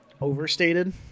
overstated